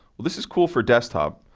this is cool for desktop,